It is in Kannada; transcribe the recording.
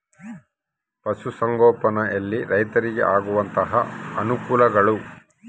ಪಶುಸಂಗೋಪನೆಯಲ್ಲಿ ರೈತರಿಗೆ ಆಗುವಂತಹ ಅನುಕೂಲಗಳು?